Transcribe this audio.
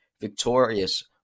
victorious